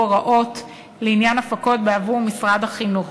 הוראות לעניין הפקות בעבור משרד החינוך.